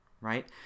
right